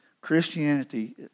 Christianity